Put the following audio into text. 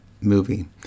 movie